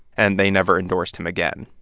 and they never endorsed him again.